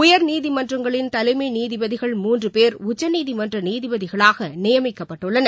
உயர்நீதிமன்றங்களின் தலைமைநீதிபதிகள் முன்றபேர் உச்சநீதிமன்றநீதபதிகளாகநியமிக்கப்பட்டுள்ளனர்